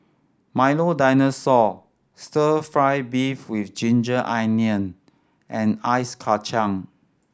Milo Dinosaur Stir Fry beef with ginger onion and ice kacang